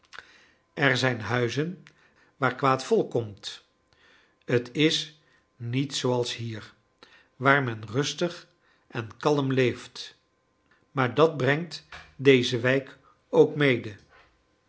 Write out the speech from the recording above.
er zijn huizen waar kwaad volk komt t is niet zooals hier waar men rustig en kalm leeft maar dat brengt deze wijk ook mede